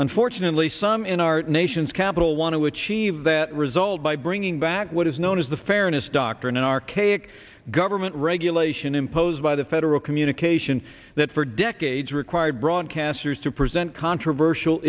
unfortunately some in our nation's capital want to achieve that result by bringing back what is known as the fairness doctrine an archaic government regulation imposed by the federal communication that for decades required broadcasters to present controversial